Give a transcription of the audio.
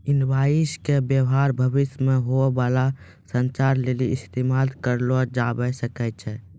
invoice के व्य्वहार भविष्य मे होय बाला संचार लेली इस्तेमाल करलो जाबै सकै छै